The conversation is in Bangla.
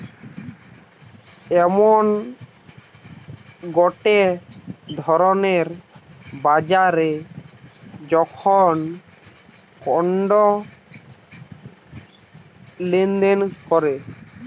এমন গটে ধরণের বাজার যেখানে কন্ড লেনদেন করে